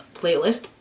playlist